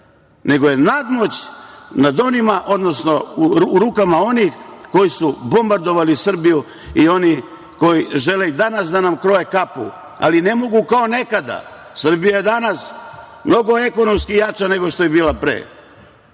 nego je nadmoć nad onima, odnosno u rukama onih koji su bombardovali Srbiju i onih koji žele i danas da nam kroje kapu, alu ne mogu kao nekada. Srbija je danas mnogo ekonomski jača nego što je bila pre.